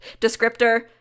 descriptor